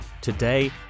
Today